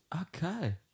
okay